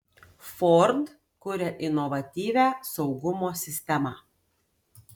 ford kuria inovatyvią saugumo sistemą